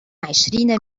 عشرين